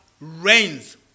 reigns